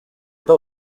pas